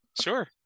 Sure